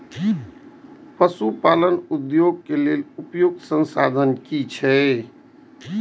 पशु पालन उद्योग के लेल उपयुक्त संसाधन की छै?